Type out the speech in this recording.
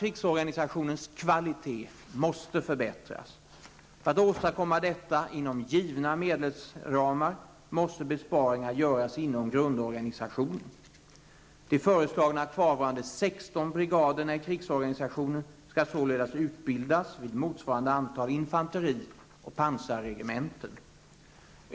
Krigsorganisationens kvalitet måste förbättras. För att åstadkomma detta inom givna medelsramar måste besparingar göras inom grundorganisationen. De föreslagna kvarvarande 16 brigarderna i krigsorganisationen skall således utbildas vid motsvarande antal infanteri och pansarregementen.